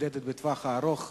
נמדדת בטווח הארוך,